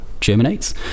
germinates